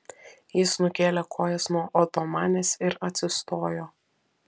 jis nukėlė kojas nuo otomanės ir atsistojo